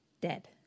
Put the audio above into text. dead